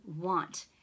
want